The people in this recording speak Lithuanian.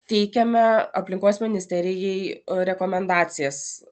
teikėme aplinkos ministerijai rekomendacijas